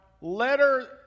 letter